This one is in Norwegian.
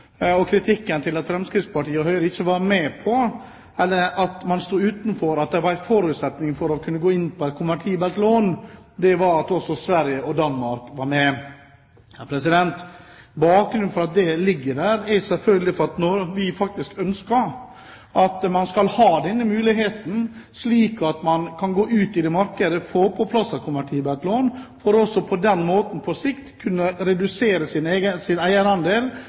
og kritikken av at Fremskrittspartiet og Høyre står utenfor; at det var en forutsetning for å kunne gå inn på et konvertibelt lån, at også Sverige og Danmark var med. Bakgrunnen for det er selvfølgelig at vi faktisk ønsker at man skal ha denne muligheten, slik at man kan gå ut i markedet og få på plass et konvertibelt lån, for på den måten på sikt å kunne redusere